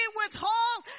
withhold